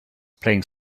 playing